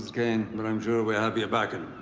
kane, but i'm sure we'll have your backing.